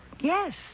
yes